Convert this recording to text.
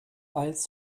als